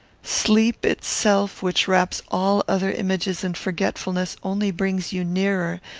sleep itself, which wraps all other images in forgetfulness, only brings you nearer,